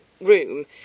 room